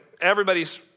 everybody's